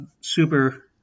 super